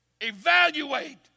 evaluate